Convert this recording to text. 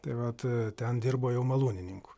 tai vat ten dirbo jau malūnininku